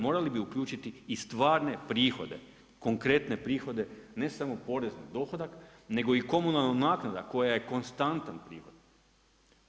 Morali bi uključiti i stvarne prihode, konkretne prihode, ne samo porez na dohodak, nego i komunalna naknada, koja je konstantna bila.